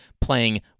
playing